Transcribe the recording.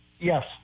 Yes